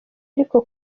ariko